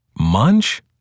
Munch